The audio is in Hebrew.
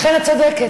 אכן, את צודקת,